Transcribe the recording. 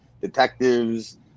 detectives